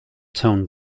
toned